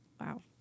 Wow